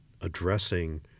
addressing